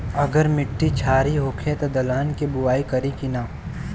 अगर मिट्टी क्षारीय होखे त दलहन के बुआई करी की न?